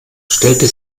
stellte